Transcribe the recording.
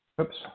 Oops